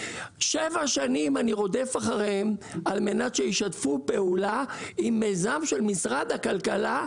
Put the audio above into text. שבע שנים שאני רודף אחריהם על מנת שישתפו פעולה עם מיזם של משרד הכלכלה,